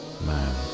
Man